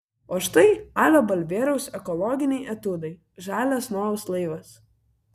o štai alio balbieriaus ekologiniai etiudai žalias nojaus laivas